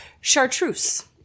chartreuse